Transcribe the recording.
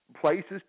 places